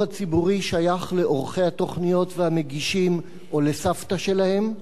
הציבורי שייך לעורכי התוכניות ולמגישים או לסבתא שלהם?